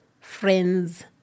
friend's